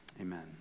Amen